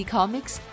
Comics